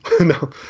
No